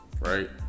right